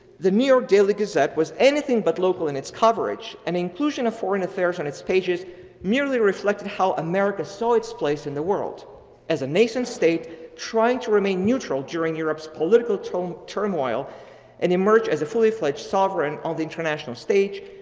the new york daily gazette was anything but local in its coverage and inclusion of foreign affairs on its pages merely reflected how america's saw its place in the world as a nascent state trying to remain neutral during your political um turmoil and emerge as a fully pledge sovereign of the international stage.